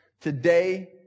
Today